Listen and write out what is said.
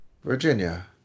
Virginia